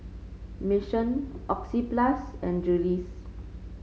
Mission Oxyplus and Julie's